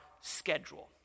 schedule